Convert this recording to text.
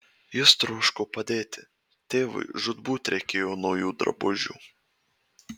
jis troško padėti tėvui žūtbūt reikėjo naujų drabužių